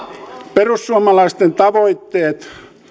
perussuomalaisten tavoitteet